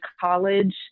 college